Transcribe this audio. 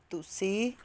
ਤੁਸੀਂ